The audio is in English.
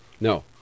No